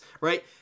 right